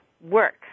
work